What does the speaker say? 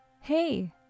Hey